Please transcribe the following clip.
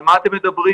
על מה אתם מדברים?